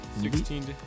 Sixteen